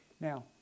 Now